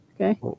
Okay